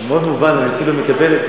זה מאוד מובן לי, אני אפילו מקבל את זה.